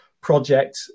project